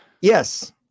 yes